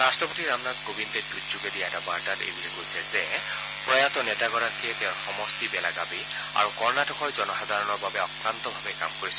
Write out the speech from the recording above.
ৰাট্টপতি ৰামনাথ কোবিন্দে টুইটযোগে দিয়া এটা বাৰ্তাত এই বুলি কৈছে যে প্ৰয়াত নেতাগৰাকীয়ে তেওঁৰ সমষ্টি বেলগাৱি আৰু কৰ্ণটিকৰ জনসাধাৰণৰ বাবে অক্লান্তভাৱে কাম কৰিছিল